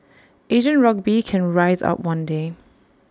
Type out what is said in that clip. Asian rugby can rise up one day